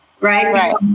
right